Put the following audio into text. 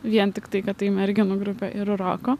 vien tiktai kad tai merginų grupė ir roko